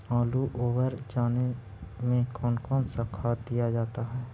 आलू ओवर जाने में कौन कौन सा खाद दिया जाता है?